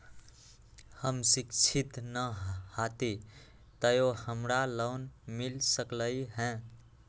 हम शिक्षित न हाति तयो हमरा लोन मिल सकलई ह?